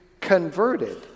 converted